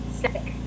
sick